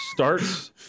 starts